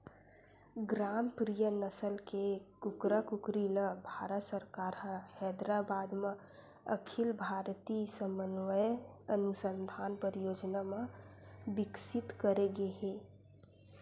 ग्रामप्रिया नसल के कुकरा कुकरी ल भारत सरकार ह हैदराबाद म अखिल भारतीय समन्वय अनुसंधान परियोजना म बिकसित करे गे हे